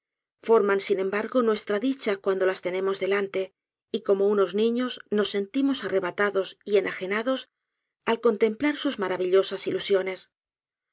forman sin embargo nuestra dicha cuando las tenemos delante y como unos niños nos sentimos arrebatados y enagenados al contemplar sus maravillosas ilusiones